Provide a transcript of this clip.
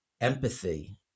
empathy